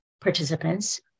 participants